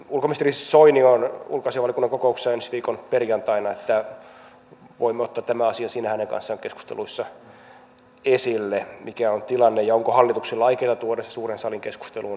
ulkoministeri soini on ulkoasiainvaliokunnan kokouksessa ensi viikon perjantaina niin että voimme ottaa tämän asian siinä hänen kanssaan keskusteluissa esille mikä on tilanne ja onko hallituksella aikeita tuoda se suuren salin keskusteluun